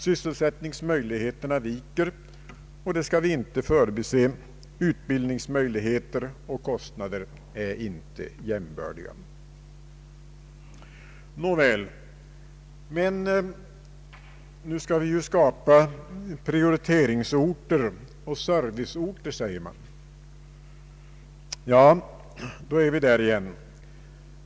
Sysselsättningsmöjligheterna viker och — det skall vi inte förbise — utbildningsmöjligheter och kostnader är inte jämbördiga. Nåväl, men nu skall vi ju skapa prioriteringsorter och serviceorter, säger man. Ja, då är vi där igen.